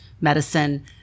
medicine